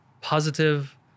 positive